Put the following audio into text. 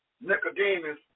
Nicodemus